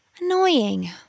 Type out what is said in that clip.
Annoying